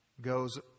goes